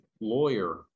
lawyer